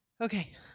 okay